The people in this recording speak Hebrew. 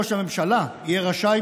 ראש הממשלה יהיה רשאי,